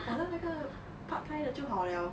好像那个 pad thai 的就好了